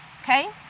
Okay